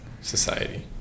society